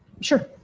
sure